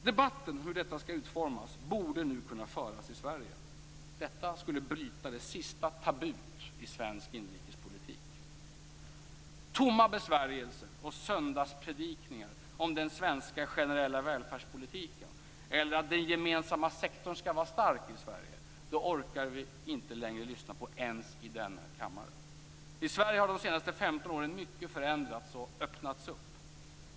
Debatten om hur detta skall utformas borde nu kunna föras i Sverige. Detta skulle bryta det sista tabut i svensk inrikespolitik. Tomma besvärjelser och söndagspredikningar om den svenska generella välfärdspolitiken eller att den gemensamma sektorn skall vara stark i Sverige orkar vi inte längre lyssna på ens i denna kammare. I Sverige har de senaste 15 åren mycket förändrats och öppnats upp.